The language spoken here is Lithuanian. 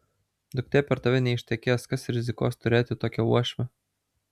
duktė per tave neištekės kas rizikuos turėti tokią uošvę